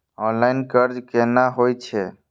Online कर्ज केना होई छै?